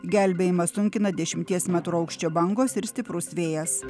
gelbėjimą sunkina dešimties metrų aukščio bangos ir stiprus vėjas